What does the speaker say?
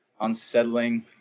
unsettling